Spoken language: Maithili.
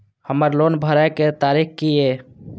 हमर लोन भरए के तारीख की ये?